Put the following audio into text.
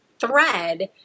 thread